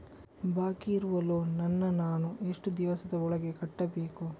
ಬಾಕಿ ಇರುವ ಲೋನ್ ನನ್ನ ನಾನು ಎಷ್ಟು ದಿವಸದ ಒಳಗೆ ಕಟ್ಟಬೇಕು?